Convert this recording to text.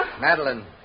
Madeline